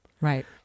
right